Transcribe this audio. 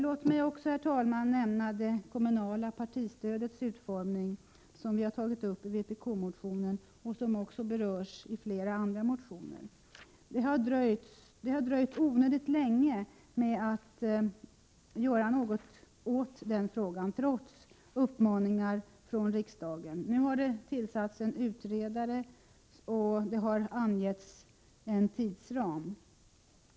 Låt mig också, herr talman, nämna det kommunala partistödets utformning, som vi har tagit upp i en vpk-motion och som också berörs i flera andra motioner. Det har dröjt onödigt länge med att något görs åt den frågan — trots uppmaningar från riksdagen. Nu har det tillsatts en utredare och angetts en tidsram.